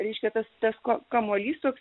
reiškia tas tas ka kamuolys toks